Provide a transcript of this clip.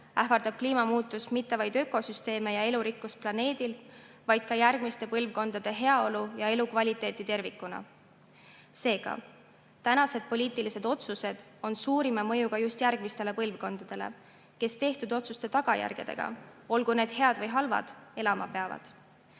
ähvardab kliimakriis mitte vaid ökosüsteeme ja elurikkust planeedil, vaid ka järgmiste põlvkondade heaolu ja elukvaliteeti tervikuna. Seega, tänased poliitilised otsused on suurima mõjuga just järgmistele põlvkondadele, kes tehtud otsuste tagajärgedega, olgu need head või halvad, elama peavad.